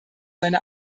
seine